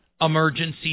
emergency